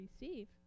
receive